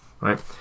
right